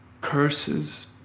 curses